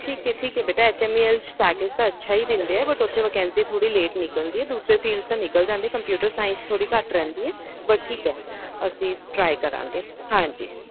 ਠੀਕ ਹੈ ਠੀਕ ਹੈ ਬੇਟਾ ਐੱਚ ਐੱਮ ਈ ਐੱਲ 'ਚ ਪੈਕਜ ਤਾਂ ਅੱਛਾ ਹੀ ਦਿੰਦੇ ਆ ਬਟ ਉੱਥੇ ਵੈਕੈਂਸੀ ਥੋੜ੍ਹੀ ਲੇਟ ਨਿਕਲਦੀ ਹੈ ਦੂਸਰੇ ਫੀਲਡ 'ਚ ਤਾਂ ਨਿਕਲ ਜਾਂਦੀ ਕੰਪਿਊਟਰ ਸਾਇੰਸ 'ਚ ਥੋੜ੍ਹੀ ਘੱਟ ਰਹਿੰਦੀ ਹੈ ਬਟ ਠੀਕ ਹੈ ਅਸੀਂ ਟਰਾਈ ਕਰਾਂਗੇ ਹਾਂਜੀ